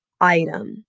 item